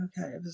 Okay